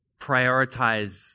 prioritize